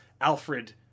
Alfred